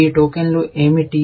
ఈ టోకెన్లు ఏమిటి